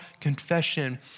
confession